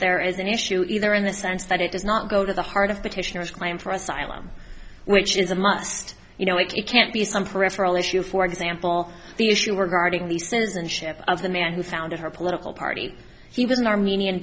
there is an issue either in the sense that it does not go to the heart of petitioners claim for asylum which is a must you know it can't be some peripheral issue for example the issue we're guarding the citizenship of the man who founded her political party he was an armenian